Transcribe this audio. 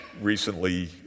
recently